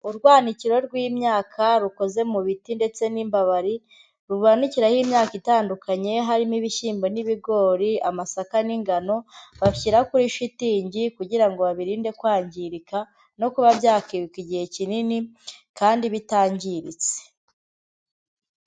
Urwanikiro rw'imyaka rukoze mu biti ndetse n'imbabari, uru banikiraho imyaka itandukanye, harimo ibishyimbo n'ibigori, amasaka n'ingano, bashyira kuri shitingi kugirango babirinde kwangirika, no kuba bya bikika igihe kinini kandi bitangiritse.